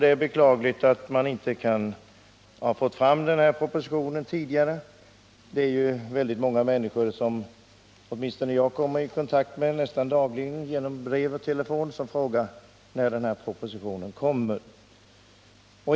Det är beklagligt att man inte kunnat få fram propositionen tidigare. Nästan varje dag får jag brev och telefonsamtal från personer från hela landet som frågar när den här propositionen kommer.